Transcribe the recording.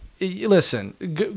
listen